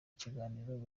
ikiganiro